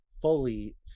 fully